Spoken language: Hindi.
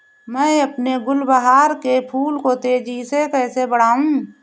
मैं अपने गुलवहार के फूल को तेजी से कैसे बढाऊं?